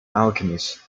alchemist